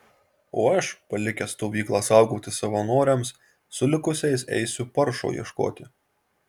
o aš palikęs stovyklą saugoti savanoriams su likusiais eisiu paršo ieškoti